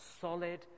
solid